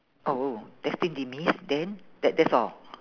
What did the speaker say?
oh destined demise then that that's all